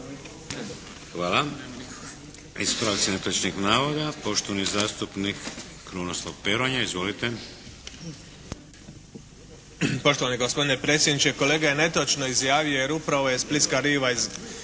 Hvala. Ispravci netočnih navoda. Poštovani zastupnik Krunoslav Peronja. Izvolite. **Peronja, Kruno (HDZ)** Poštovani gospodine predsjedniče, kolega je netočno izjavio jer upravo je splitska riva